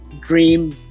dream